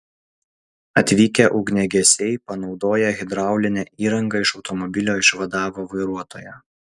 atvykę ugniagesiai panaudoję hidraulinę įrangą iš automobilio išvadavo vairuotoją